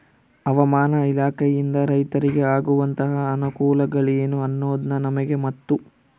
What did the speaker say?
ಹವಾಮಾನ ಇಲಾಖೆಯಿಂದ ರೈತರಿಗೆ ಆಗುವಂತಹ ಅನುಕೂಲಗಳೇನು ಅನ್ನೋದನ್ನ ನಮಗೆ ಮತ್ತು?